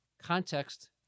Context